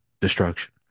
destruction